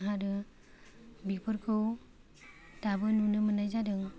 आरो बेफोरखौ दाबो नुनो मोन्नाय जादों